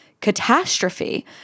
catastrophe